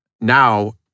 now